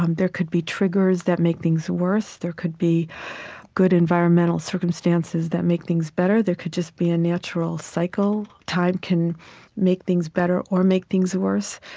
um there could be triggers that make things worse. there could be good environmental circumstances that make things better. there could just be a natural cycle. time can make things better or make things worse.